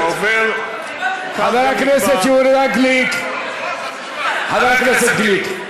חבר הכנסת יהודה גליק, חבר הכנסת גליק,